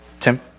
Tim